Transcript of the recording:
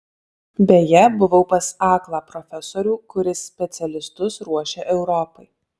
beje buvau pas aklą profesorių kuris specialistus ruošia europai